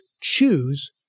choose